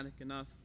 enough